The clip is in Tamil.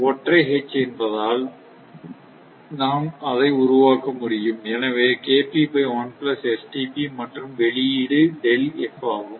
ஒற்றை H என்பதால் நாம் அதை உருவாக்க முடியும் எனவே மற்றும் வெளியீடு ஆகும்